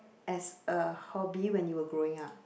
as a hobby when you were growing up